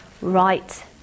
right